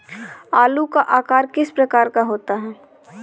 आलू का आकार किस प्रकार का होता है?